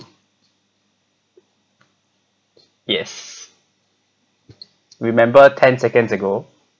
yes remember ten seconds ago